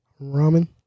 Ramen